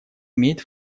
имеет